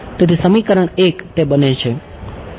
તેથી સમીકરણ 1 તે બને છે